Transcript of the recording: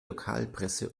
lokalpresse